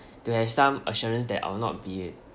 to have some assurance that I will not be